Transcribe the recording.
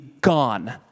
gone